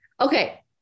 Okay